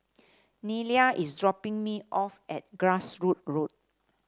Nelia is dropping me off at Grassroots Road